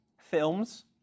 Films